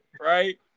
right